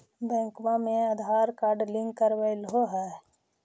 बैंकवा मे Aadhaar card link करवैलहो है?